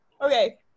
Okay